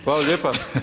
Hvala lijepa.